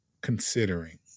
considering